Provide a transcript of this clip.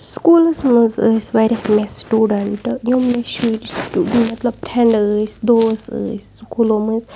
سکوٗلَس منٛز ٲسۍ واریاہ مےٚ سٹوٗڈَنٹ یِم مےٚ شُرۍ مطلب فرٛٮ۪نٛڈ ٲسۍ دوس ٲسۍ سکوٗلو منٛز